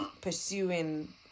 pursuing